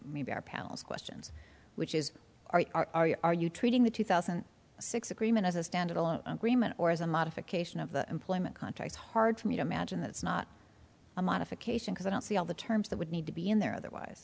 maybe our pals questions which is are are you are you treating the two thousand and six agreement as a standalone agreement or as a modification of the employment contracts hard for me to imagine that's not a modification because i don't see all the terms that would need to be in there otherwise